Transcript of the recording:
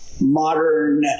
modern